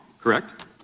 correct